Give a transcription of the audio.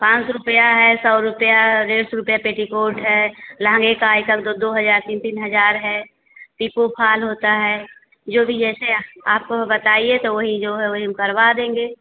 पाँच रुपया है सौ रुपया है डेढ़ रुपया पेटीकोट है लहँगा का यह सब दो दो हज़ार तीन तीन हज़ार है पिको फॉल होता है जो भी जैसे आपको बताइए तो वही जो है वहीं हम करवा देंगे